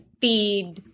feed